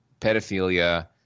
pedophilia